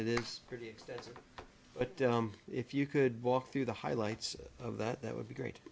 it is pretty extensive but if you could walk through the highlights of that that would be great